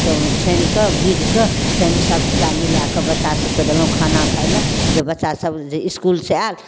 छानि कऽ भुजि कऽ ताहिमे सबटा मिलाकऽ बच्चा सबके देलौंहुॅं खाना खाय लए जब बच्चा सब इसकुलसे आयल